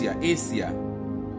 Asia